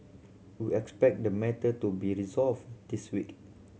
we expect the matter to be resolved this week